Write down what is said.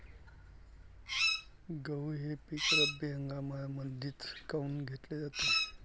गहू हे पिक रब्बी हंगामामंदीच काऊन घेतले जाते?